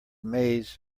maze